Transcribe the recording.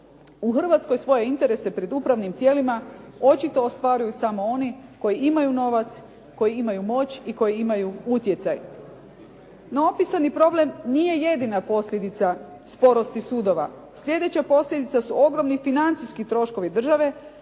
U Hrvatskom svoje interese pred ustavnim tijelima očito ostvaruju samo oni koji imaju novac, koji imaju moć i koji imaju utjecaj. No opisani problem nije jedina posljedica sporosti sudova. Sljedeća posljedica su ogromni financijski troškovi države